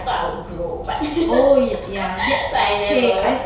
thought I would grow but I never